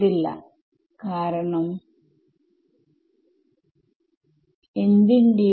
അതിനാൽ ആദ്യത്തെ ടെർമ്